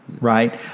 right